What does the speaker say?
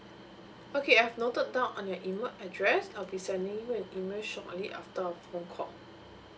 okay I've noted down on your email address I'll be sending you an email shortly after our phone call